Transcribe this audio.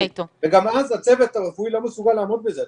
אז הצוות הרפואי לא מסוגל לעמוד בזה.